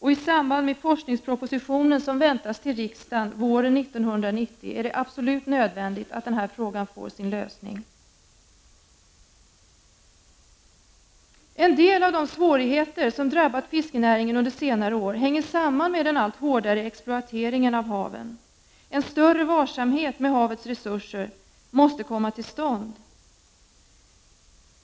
Det är absolut nödvändigt att denna fråga får sin lösning i samband med forskningspropositionen, som väntas till riksdagen våren 1990. En del av de svårigheter som har drabbat fiskenäringen under senare år hänger samman med den allt hårdare exploateringen av haven. En större varsamhet med havets resurser måste komma till stånd.